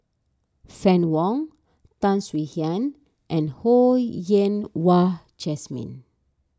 Fann Wong Tan Swie Hian and Ho Yen Wah Jesmine